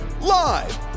live